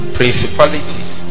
principalities